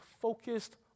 focused